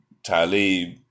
Talib